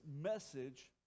message